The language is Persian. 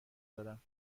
دارم